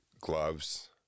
gloves